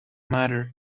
matter